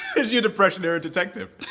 it's your depression-era detective.